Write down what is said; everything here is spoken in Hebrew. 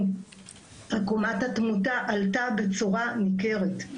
עקומת התמותה עלתה בצורה ניכרת.